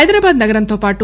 హైదరాబాద్ నగరంతో పాటు